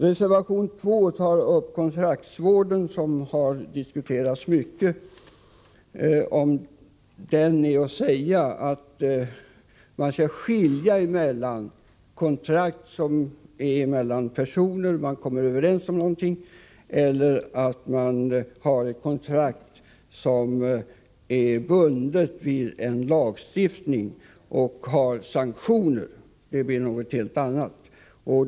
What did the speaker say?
Reservation 2 tar upp kontraktsvården, som har diskuterats mycket. Om den är att säga att man bör skilja mellan kontrakt som är upprättat emellan personer som kommit överens om någonting och ett kontrakt som är bundet vid en lagstiftning och har sanktioner. Det blir något helt annat.